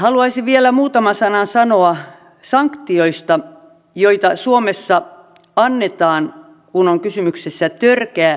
haluaisin vielä muutaman sanan sanoa sanktioista joita suomessa annetaan kun on kysymyksessä törkeä eläintenpitorikos